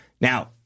Now